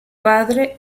padre